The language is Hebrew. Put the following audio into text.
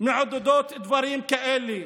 מעודדות דברים כאלה.